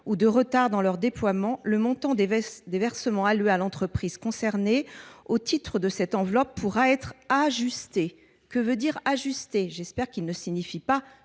ou de retard dans leur déploiement, le montant des versements alloués à l’entreprise concernée au titre de cette enveloppe pourra être ajusté. » Que veut dire « ajusté »? J’espère que le terme ne signifie pas